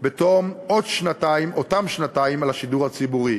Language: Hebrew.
בתום עוד שנתיים, אותן שנתיים, על השידור הציבורי.